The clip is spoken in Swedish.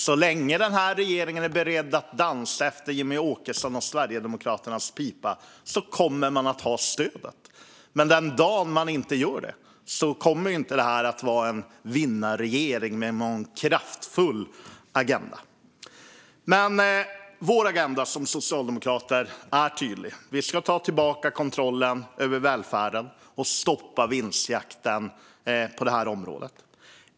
Så länge regeringen är beredd att dansa efter Jimmie Åkessons och Sverigedemokraternas pipa kommer man att ha stöd, men den dag man inte är det kommer regeringen inte att vara en vinnarregering med en kraftfull agenda. Socialdemokraternas agenda är tydlig. Vi ska ta tillbaka kontrollen över välfärden och stoppa vinstjakten på det området.